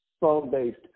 phone-based